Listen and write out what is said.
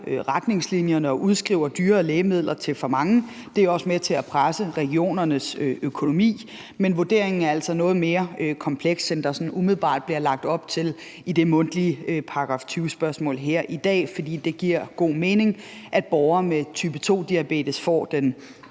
retningslinjerne og udskriver dyrere lægemidler til for mange. Det er også med til at presse regionernes økonomi. Men vurderingen er altså noget mere kompleks, end der sådan umiddelbart bliver lagt op til i det mundtlige § 20-spørgsmål her i dag, for det giver god mening, at borgere med type 2-diabetes får den